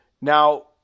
Now